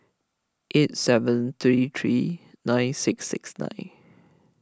eight seven three three nine six six nine